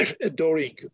adoring